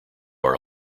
are